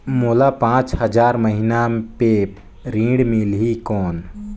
मोला पांच हजार महीना पे ऋण मिलही कौन?